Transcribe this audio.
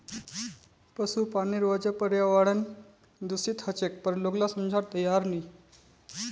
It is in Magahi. पशुपालनेर वजह पर्यावरण दूषित ह छेक पर लोग ला समझवार तैयार नी